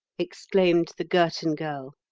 exclaimed the girton girl.